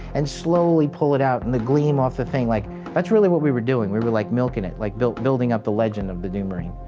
and slowly pull it out and the gleam off the thing like that's really what we were doing we were like milking it. like building up the legend of the doom marine.